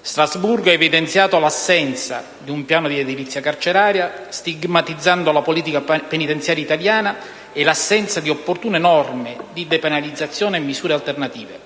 Strasburgo ha evidenziato l'assenza di un piano di edilizia carceraria, stigmatizzando la politica penitenziaria italiana e l'assenza di opportune norme di depenalizzazione e misure alternative.